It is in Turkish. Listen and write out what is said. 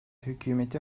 hükümeti